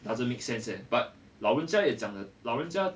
doesn't make sense eh but 老人家也讲的老人家